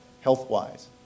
health-wise